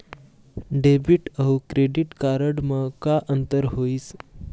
Debit अऊ credit card म का अंतर होइस?